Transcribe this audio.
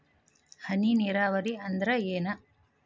ಹನಿ ನೇರಾವರಿ ಅಂದ್ರ ಏನ್?